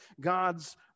God's